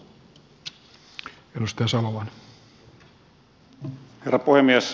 herra puhemies